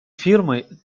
фирмой